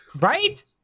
Right